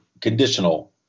conditional